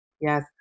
Yes